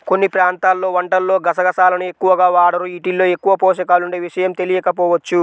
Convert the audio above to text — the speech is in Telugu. కొన్ని ప్రాంతాల్లో వంటల్లో గసగసాలను ఎక్కువగా వాడరు, యీటిల్లో ఎక్కువ పోషకాలుండే విషయం తెలియకపోవచ్చు